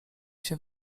się